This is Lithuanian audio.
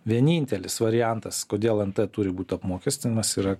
vienintelis variantas kodėl nt turi būt apmokestinamas yra